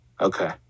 Okay